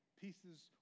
pieces